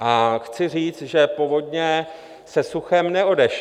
a chci říct, že povodně se suchem neodešly.